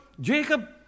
Jacob